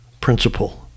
principle